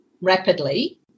rapidly